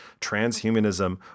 transhumanism